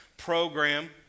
program